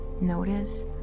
Notice